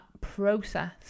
process